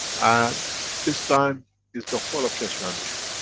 and this time is the whole of keshe foundation.